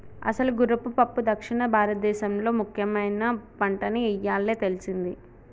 అసలు గుర్రపు పప్పు దక్షిణ భారతదేసంలో ముఖ్యమైన పంటని ఇయ్యాలే తెల్సింది